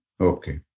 Okay